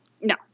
no